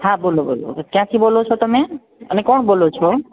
હાં બોલો બોલો ક્યાંથી બોલો છો તમે અને કોણ બોલો છો